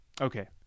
okay